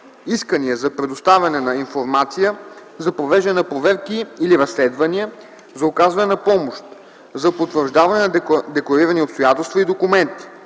искания за предоставяне на информация, за провеждане на проверки или разследвания, за оказване на помощ, за потвърждаване на декларирани обстоятелства и документи,